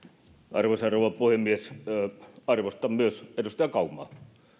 arvoisa rouva puhemies arvostan myös edustaja kaumaa